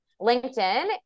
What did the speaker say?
LinkedIn